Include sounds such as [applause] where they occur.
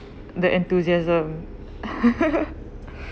the enthusiasm [laughs]